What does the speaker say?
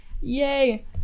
Yay